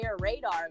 radar